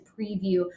preview